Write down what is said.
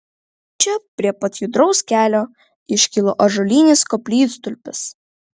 čia prie pat judraus kelio iškilo ąžuolinis koplytstulpis